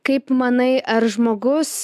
kaip manai ar žmogus